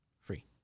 free